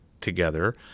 together